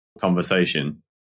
conversation